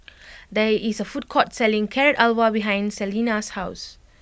there is a food court selling Carrot Halwa behind Salena's house